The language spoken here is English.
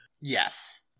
Yes